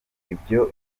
ibyo